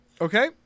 Okay